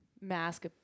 Mask